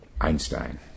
Einstein